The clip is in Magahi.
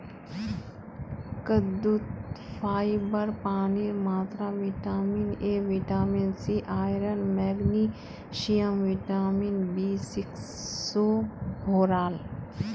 कद्दूत फाइबर पानीर मात्रा vitamin A vitamin C iron magnesium vitamin B six स भोराल हछेक